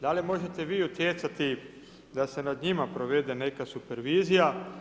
Da li možete vi utjecati da se nad njima provede neka super vizija?